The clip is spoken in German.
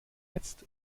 jetzt